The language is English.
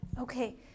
okay